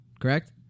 correct